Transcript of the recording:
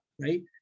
right